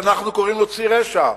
שאנחנו קוראים לו ציר רשע.